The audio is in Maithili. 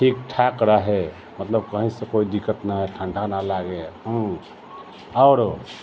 ठीक ठाक रहै मतलब कहीँसँ कोइ दिक्कत नहि आइ ठण्डा नहि लागै आओर